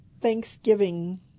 Thanksgiving